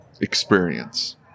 experience